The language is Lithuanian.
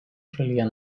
šalyje